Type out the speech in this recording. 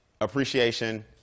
appreciation